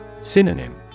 Synonym